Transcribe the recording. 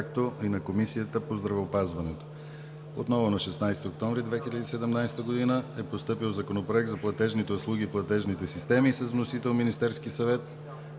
както и на Комисията по здравеопазването. На 16 октомври 2017 г. е постъпил Законопроект за платежните услуги и платежните системи. Вносител е Министерският съвет.